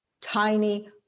tiny